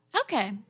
okay